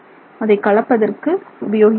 அதை கலப்பதற்கு உபயோகிக்கலாம்